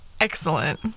Excellent